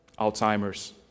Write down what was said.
Alzheimer's